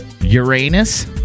Uranus